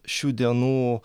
šių dienų